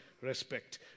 respect